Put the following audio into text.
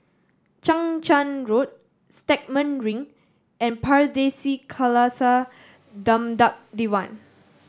Chang Charn Road Stagmont Ring and Pardesi Khalsa Dharmak Diwan